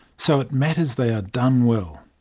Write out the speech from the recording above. so it matters they are done well.